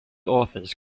authors